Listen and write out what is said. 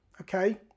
okay